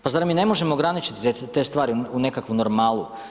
Pa zar mi ne možemo ograničiti te stvari u nekakvu normalu?